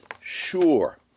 sure